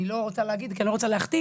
אני לא רוצה להגיד כי אני לא רוצה להחתים,